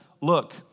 look